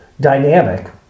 dynamic